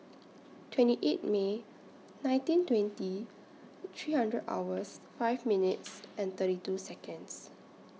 twenty eight May nineteen twenty three hundred hours five minutes and thirty two Seconds